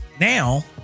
now